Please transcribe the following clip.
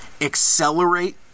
accelerate